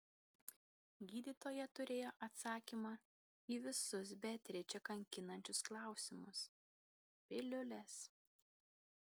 gydytoja turėjo atsakymą į visus beatričę kankinančius klausimus piliulės